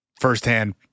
firsthand